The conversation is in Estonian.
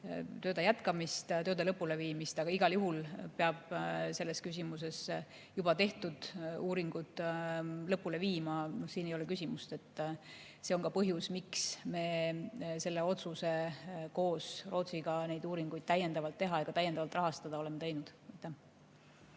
tööde jätkamist, tööde lõpuleviimist. Aga igal juhul peab selles küsimuses juba tehtud uuringud lõpule viima. Siin ei ole küsimust. See on ka põhjus, miks me selle otsuse koos Rootsiga neid uuringuid täiendavalt teha ja ka täiendavalt rahastada oleme teinud.